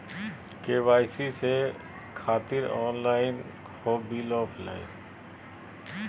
KYC से खातिर online हो बिल ऑफलाइन?